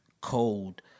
code